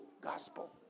gospel